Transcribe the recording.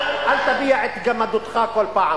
אל תביע את גמדותך כל פעם.